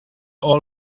all